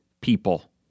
people